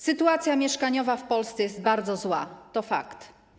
Sytuacja mieszkaniowa w Polsce jest bardzo zła, to fakt.